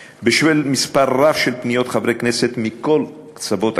בשל מספר רב של פניות חברי כנסת מכל קצוות הקשת